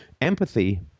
Empathy